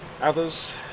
Others